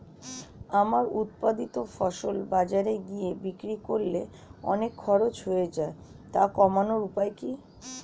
আমার উৎপাদিত ফসল বাজারে গিয়ে বিক্রি করলে অনেক খরচ হয়ে যায় তা কমানোর উপায় কি?